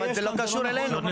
אבל זה לא קשור אלינו,